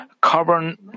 carbon